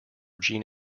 gene